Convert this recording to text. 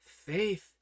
Faith